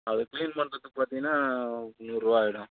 அது க்ளீன் பண்ணுறதுக்கு பார்த்தீங்கன்னா நூறுரூவா ஆகிடும்